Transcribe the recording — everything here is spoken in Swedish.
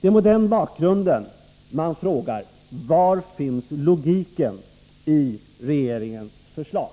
Det är mot den bakgrunden man frågar: Var finns logiken i regeringens förslag?